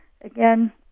again